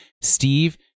Steve